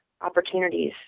opportunities